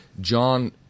John